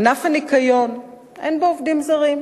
ענף הניקיון, אין בו עובדים זרים,